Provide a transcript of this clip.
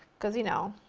because, you know,